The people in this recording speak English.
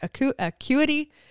acuity